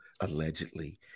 allegedly